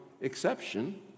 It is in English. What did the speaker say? exception